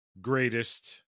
greatest